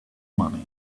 money